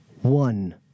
one